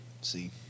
See